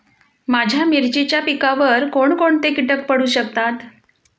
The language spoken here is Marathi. माझ्या मिरचीच्या पिकावर कोण कोणते कीटक पडू शकतात?